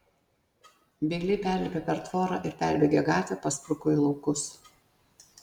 bėgliai perlipę per tvorą ir perbėgę gatvę paspruko į laukus